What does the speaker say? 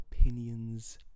opinions